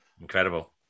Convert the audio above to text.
incredible